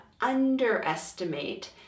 underestimate